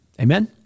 Amen